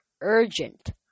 urgent